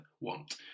want